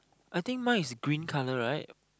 I think mine is green colour right